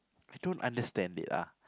I don't understand it ah